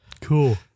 cool